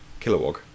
Kilowog